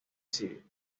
civil